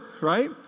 right